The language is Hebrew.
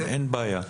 אין בעיה.